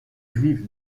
juifs